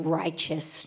righteous